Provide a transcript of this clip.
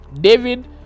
David